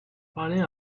parler